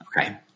Okay